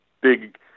big